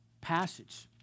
passage